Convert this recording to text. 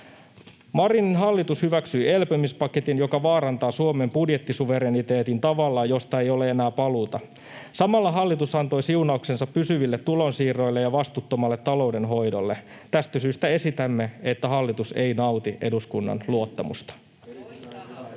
”Marinin hallitus hyväksyi elpymispaketin, joka vaarantaa Suomen budjettisuvereniteetin tavalla, josta ei ole enää paluuta. Samalla hallitus antoi siunauksensa pysyville tulonsiirroille ja vastuuttomalle taloudenhoidolle. Tästä syystä esitämme, että hallitus ei nauti eduskunnan luottamusta.”